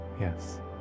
yes